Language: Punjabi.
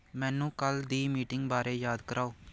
ਮੈਨੂੰ ਕੱਲ੍ਹ ਦੀ ਮੀਟਿੰਗ ਬਾਰੇ ਯਾਦ ਕਰਾਓ